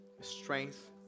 strength